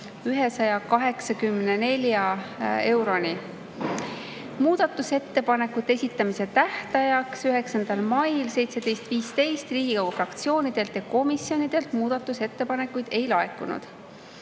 2184 euroni. Muudatusettepanekute esitamise tähtajaks, 9. maiks 17.15 Riigikogu fraktsioonidelt ja komisjonidelt muudatusettepanekuid ei laekunud.